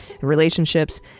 relationships